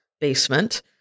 basement